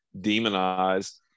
demonized